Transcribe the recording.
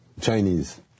Chinese